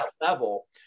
level